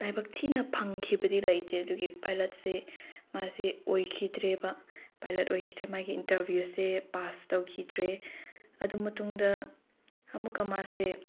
ꯂꯥꯏꯕꯛ ꯊꯤꯅ ꯐꯪꯈꯤꯕꯗꯤ ꯂꯩꯇꯦ ꯑꯗꯨꯒꯤ ꯄꯥꯏꯂꯠꯁꯦ ꯃꯥꯁꯦ ꯑꯣꯏꯈꯤꯗ꯭ꯔꯦꯕ ꯄꯥꯏꯂꯠ ꯑꯣꯏꯈꯤꯗ꯭ꯔꯦ ꯃꯥꯒꯤ ꯏꯟꯇꯔꯚ꯭ꯌꯨꯁꯦ ꯄꯥꯁ ꯇꯧꯈꯤꯗ꯭ꯔꯦ ꯑꯗꯨ ꯃꯇꯨꯡꯗ ꯑꯃꯨꯛꯀ ꯃꯥꯁꯦ